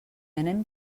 anem